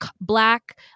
black